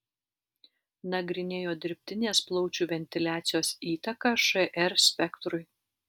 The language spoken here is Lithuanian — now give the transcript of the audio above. nagrinėjo dirbtinės plaučių ventiliacijos įtaką šr spektrui